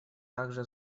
также